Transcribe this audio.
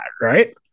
right